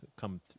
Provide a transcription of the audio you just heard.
Come